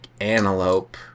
antelope